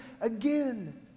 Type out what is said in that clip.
again